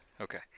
okay